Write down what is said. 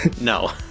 no